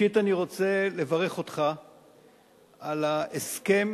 ראשית אני רוצה לברך אותך על ההסכם